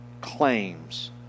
claims